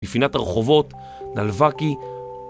לפינת הרחובות, נלווקי